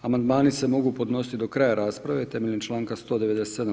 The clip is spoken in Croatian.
Amandman se mogu podnositi do kraja rasprave, temeljem članka 197.